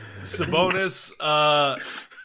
Sabonis